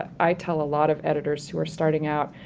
i tell a lot of editors who are starting out,